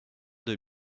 deux